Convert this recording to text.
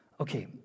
Okay